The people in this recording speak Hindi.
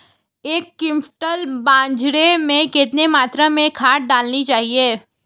एक क्विंटल बाजरे में कितनी मात्रा में खाद डालनी चाहिए?